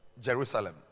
Jerusalem